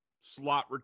slot